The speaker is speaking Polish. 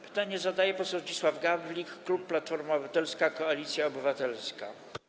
Pytanie zadaje poseł Zdzisław Gawlik, klub Platforma Obywatelska - Koalicja Obywatelska.